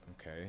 okay